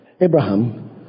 Abraham